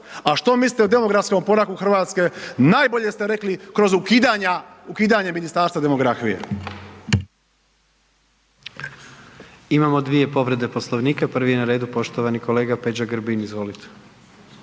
A što mislite o demografskom oporavku Hrvatske najbolje ste rekli kroz ukidanja Ministarstva demografije.